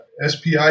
SPI